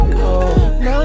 Now